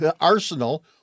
arsenal